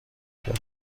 کرد